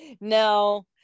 No